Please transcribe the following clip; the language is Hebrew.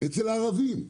אצל הערבים,